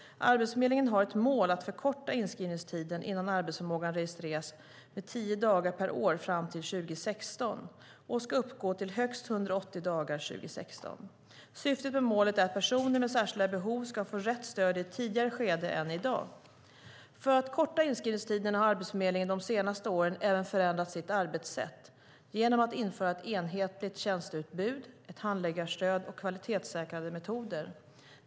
Arbetsförmedlingen har ett mål att förkorta inskrivningstiden innan arbetsförmågan registreras med tio dagar per år fram till 2016 och ska uppgå till högst 180 dagar 2016. Syftet med målet är att personer med särskilda behov ska få rätt stöd i ett tidigare skede än i dag. För att korta inskrivningstiderna har Arbetsförmedlingen de senaste åren även förändrat sitt arbetssätt genom att införa ett enhetligt tjänsteutbud, ett handläggarstöd och kvalitetssäkrade metoder.